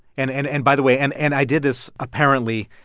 and and and, by the way and and i did this, apparently,